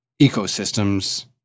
ecosystems